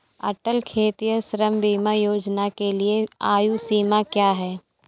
अटल खेतिहर श्रम बीमा योजना के लिए आयु सीमा क्या है?